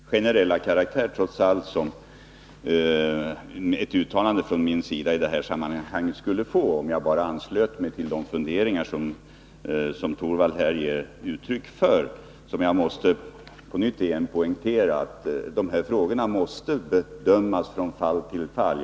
Fru talman! Det är just med hänsyn tagen till den generella karaktär som ett uttalande från min sida i detta sammanhang trots allt skulle få — om jag bara anslöt mig till de funderingar Rune Torwald ger uttryck för — som jag på nytt vill poängtera att dessa frågor måste bedömas från fall till fall.